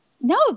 No